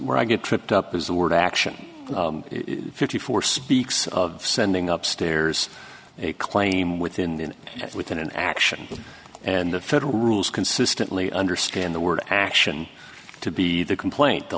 more i get tripped up is the word action fifty four speaks of sending up stairs a claim within within an action and the federal rules consistently understand the word action to be the complaint the